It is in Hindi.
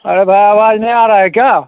अरे भाई अवाज़ नहीं आ रही है क्या